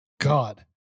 god